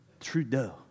Trudeau